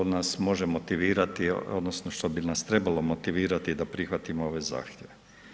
Što nas može motivirati odnosno što bi nas trebalo motivirati da prihvatimo ove zahtjeve?